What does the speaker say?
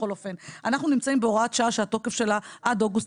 אנחנו נמצאים בהוראת שעה שהתוקף שלה עד אוגוסט